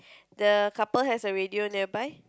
the couple has a radio nearby